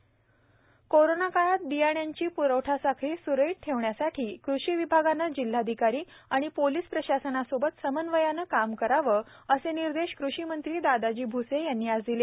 Dadaji Bhuse corona काळात बियाण्यांची प्रवठासाखळी स्रळीत ठेवण्यासाठी कृषि विभागाने जिल्हाधिकारी आणि पोलीस प्रशासनासोबत समन्वयाचे काम करावे असे निर्देश कृषीमंत्री दादाजी भ्से यांनी आज दिले